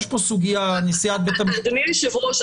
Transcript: אדוני היושב-ראש,